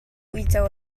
uico